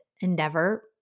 endeavor